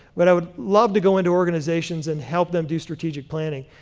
but i would love to go into organizations and help them do strategic planning.